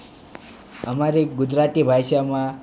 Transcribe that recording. અમારી ગુજરાતી ભાષામાં